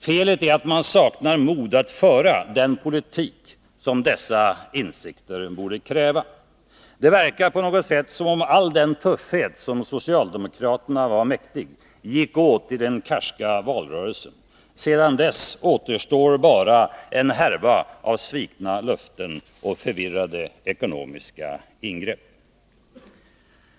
Felet är att man saknar mod att föra den politik dessa insikter kräver. Det verkar som om all den tuffhet socialdemokratin var mäktig gick åt i den karska valrörelsen. Sedan dess återstår bara en härva av svikna löften och förvirrade ekonomiska ingrepp.